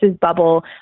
bubble